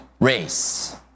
race